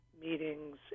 meetings